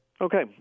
Okay